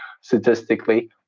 statistically